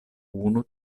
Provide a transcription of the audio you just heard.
unu